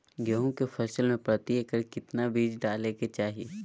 गेहूं के फसल में प्रति एकड़ कितना बीज डाले के चाहि?